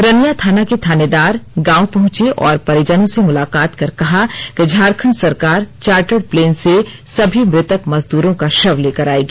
रनिया थाना को थानेदार गांव पहुंचे और परिजनों से मुलाकात कर कहा कि झारखंड सरकार चार्टर्ड प्लेन से सभी मृतक मजदूरों का शव लेकर आएगी